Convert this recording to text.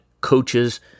Coaches